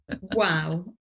wow